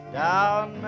down